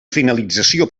finalització